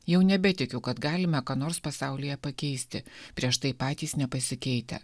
jau nebetikiu kad galime ką nors pasaulyje pakeisti prieš tai patys nepasikeitę